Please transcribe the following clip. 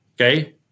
Okay